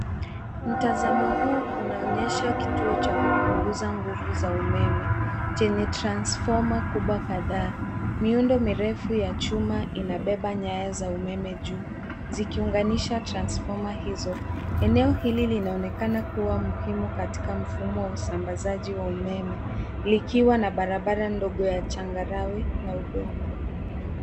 Mtazamo huu unaonyesha kituo cha kupunguza nguvu za umeme chenye transfoma kubwa kadhaa. Miundo mirefu ya chuma inabeba nyaya za umeme juu zikiunganisha transfoma hizo. Eneo hili linaonekana kuwa muhimu katika mfumo wa usambazaji wa umeme likiwa na barabara ndogo ya changarawe na udongo.